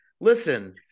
Listen